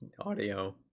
audio